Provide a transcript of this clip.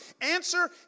Answer